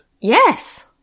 Yes